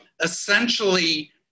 essentially